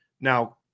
Now